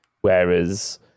whereas